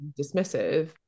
dismissive